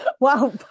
Wow